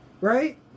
right